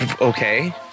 Okay